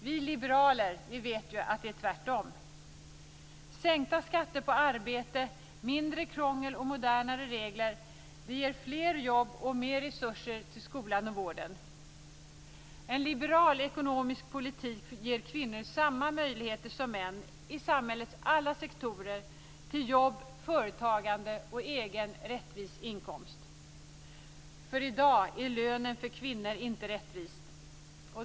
Vi liberaler vet att det är tvärtom. Sänkta skatter på arbete, mindre krångel och modernare regler ger fler jobb och mer resurser till skolan och vården. En liberal ekonomisk politik ger kvinnor samma möjligheter som män, i samhällets alla sektorer, till jobb, företagande och en egen rättvis inkomst. I dag är lönen för kvinnor inte rättvis.